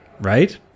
right